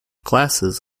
classes